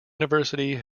university